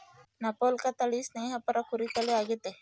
Suffolk ತಳಿ ಸ್ನೇಹಪರ ಕುರಿ ತಳಿ ಆಗೆತೆ